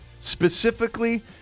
Specifically